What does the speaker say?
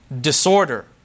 disorder